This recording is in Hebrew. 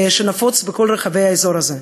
שנפוץ בכל רחבי האזור הזה,